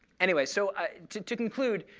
anyway, so to to conclude,